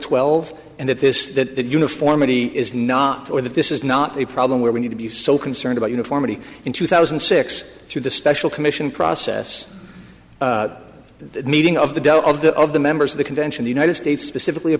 twelve and that this that that uniformity is not or that this is not a problem where we need to be so concerned about uniformity in two thousand and six through the special commission process the meeting of the death of the of the members of the convention the united states specifically